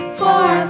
four